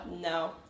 No